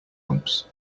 bumps